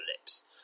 lips